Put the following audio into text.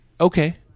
Okay